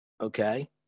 okay